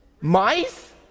Mice